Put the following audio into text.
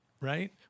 right